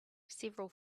several